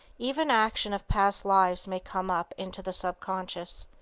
even action of past lives may come up into the subconscious.